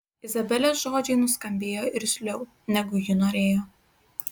izabelės žodžiai nuskambėjo irzliau negu ji norėjo